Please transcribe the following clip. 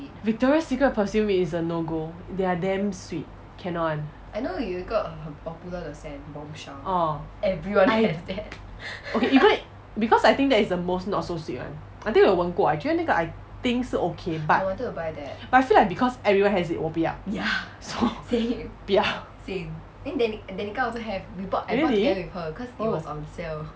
oh victoria secret perfume is a no go they are damn sweet cannot [one] orh I okay even because I think that is the most not so sweet one I think 我有闻过 I 觉得 I think 是 okay but but I feel like because everyone has it 我不要 so 不要 really oh